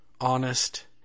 honest